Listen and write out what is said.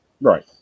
right